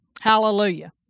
Hallelujah